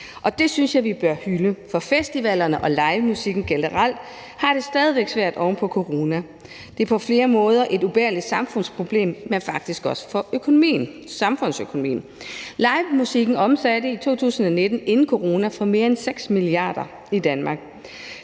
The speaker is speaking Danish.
og det synes jeg vi bør hylde, for festivalerne og livemusikken generelt har det stadig væk svært oven på corona. Det er på flere måder et ubærligt samfundsproblem, og det er det faktisk også for økonomien – samfundsøkonomien. Livemusikken omsatte i 2019 inden corona for mere end 6 mia. kr. i Danmark.